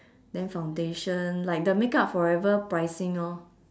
then foundation like the makeup forever pricing orh